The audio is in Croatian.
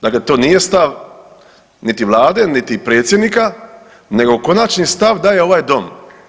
Dakle, to nije stav niti vlade niti predsjednika nego konačni stav daje ovaj dom.